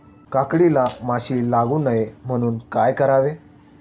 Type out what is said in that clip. काकडीला माशी लागू नये म्हणून काय करावे?